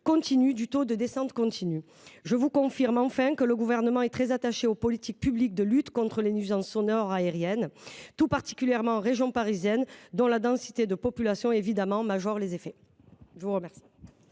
du taux de descentes continues. Je vous confirme, enfin, que le Gouvernement est très attaché aux politiques publiques de lutte contre les nuisances sonores aériennes, tout particulièrement en région parisienne, où la densité de population rend la question particulièrement